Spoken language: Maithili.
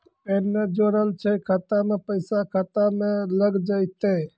पैन ने जोड़लऽ छै खाता मे पैसा खाता मे लग जयतै?